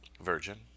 Virgin